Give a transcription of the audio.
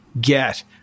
get